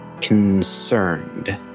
concerned